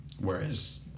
Whereas